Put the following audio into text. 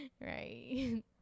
Right